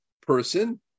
person